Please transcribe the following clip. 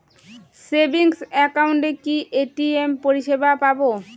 Savings একাউন্টে কি ATM পরিসেবা পাব?